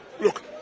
Look